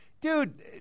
Dude